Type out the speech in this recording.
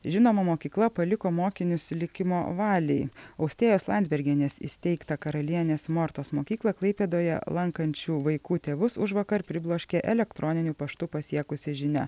žinoma mokykla paliko mokinius likimo valiai austėjos landsbergienės įsteigtą karalienės mortos mokyklą klaipėdoje lankančių vaikų tėvus užvakar pribloškė elektroniniu paštu pasiekusi žinia